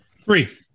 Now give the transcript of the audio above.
Three